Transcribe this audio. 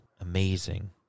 amazing